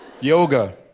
Yoga